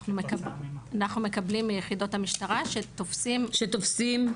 אנחנו מקבלים מיחידות המשטרה שתופסים --- שתופסים,